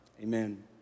Amen